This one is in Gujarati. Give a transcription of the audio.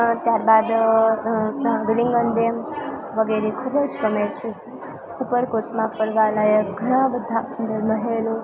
ત્યારબાદ વિલિંગડન ડેમ વગેરે ખૂબ જ ગમે છે ઉપરકોટમાં ફરવાલાયક ઘણા બધા અંદર મહેલો